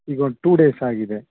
ಈಗ ಒಂದು two days ಆಗಿದೆ